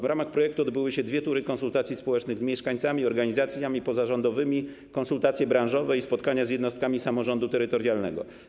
W ramach projektu odbyły się dwie tury konsultacji społecznych z mieszkańcami, organizacjami pozarządowymi, konsultacje branżowe i spotkania z jednostkami samorządu terytorialnego.